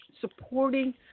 supporting